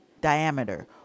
diameter